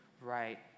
right